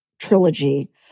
trilogy